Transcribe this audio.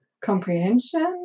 comprehension